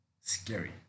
scary